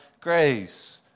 grace